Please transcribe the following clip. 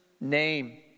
name